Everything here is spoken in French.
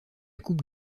coupe